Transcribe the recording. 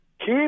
keep